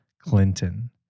Clinton